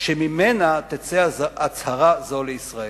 שממנה תצא הצהרה זו לישראל".